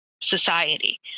society